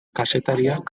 kazetariak